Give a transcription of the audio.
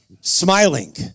Smiling